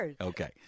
okay